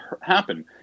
happen